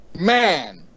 man